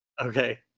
Okay